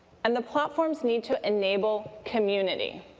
and the platforms need to enable community.